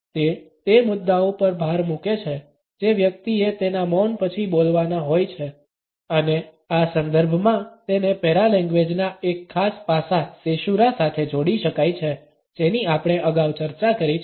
તે તે મુદ્દાઓ પર ભાર મૂકે છે જે વ્યક્તિએ તેના મૌન પછી બોલવાના હોય છે અને આ સંદર્ભમાં તેને પેરાલેંગ્વેજના એક ખાસ પાસા સેશૂરા સાથે જોડી શકાય છે જેની આપણે અગાઉ ચર્ચા કરી છે